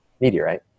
meteorite